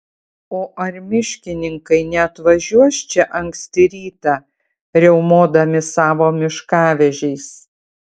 o ar miškininkai neatvažiuos čia anksti rytą riaumodami savo miškavežiais